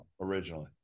originally